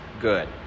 good